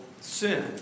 sin